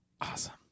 awesome